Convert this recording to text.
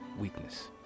weakness